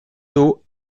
d’eau